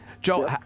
Joe